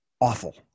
awful